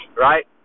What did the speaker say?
right